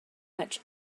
much